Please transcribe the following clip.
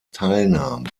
teilnahm